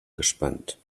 gespannt